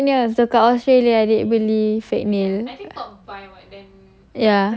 fake nails dekat australia adik beli fake punya